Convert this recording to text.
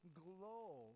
glow